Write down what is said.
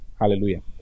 hallelujah